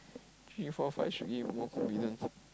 three four five should be more confident